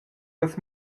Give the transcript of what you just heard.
las